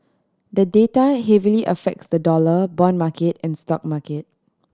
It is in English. the data heavily affects the dollar bond market and stock market